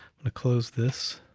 gonna close this